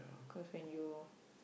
cause when you